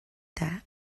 that